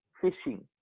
fishing